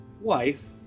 wife